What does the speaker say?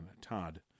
Todd